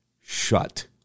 shut